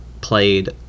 played